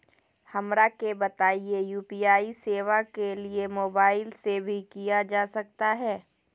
हमरा के बताइए यू.पी.आई सेवा के लिए मोबाइल से भी किया जा सकता है?